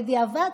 בדיעבד,